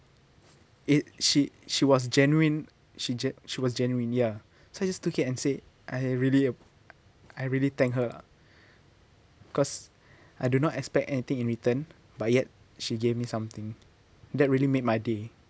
it she she was genuine she ge~ she was genuine ya so I just took it and said I really a~ I really thank her lah cause I do not expect anything in return but yet she gave me something that really made my day